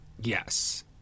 Yes